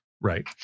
Right